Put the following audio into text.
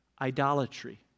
idolatry